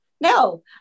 no